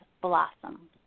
blossom